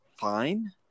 fine